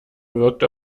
wirkt